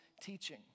teaching